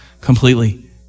completely